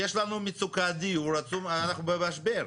יש לנו מצוקת דיור עצומה, אנחנו במשבר.